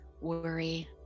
worry